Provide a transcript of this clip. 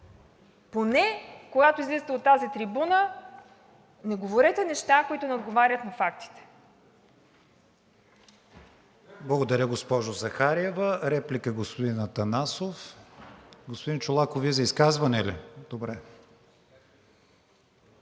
Поне когато излизате от тази трибуна, не говорете неща, които не отговарят на фактите.